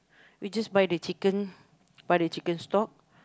you just buy the chicken buy the chicken stock